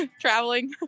traveling